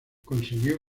consiguió